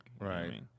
Right